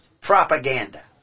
propaganda